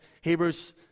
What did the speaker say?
Hebrews